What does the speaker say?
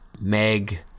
Meg